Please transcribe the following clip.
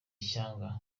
ishyanga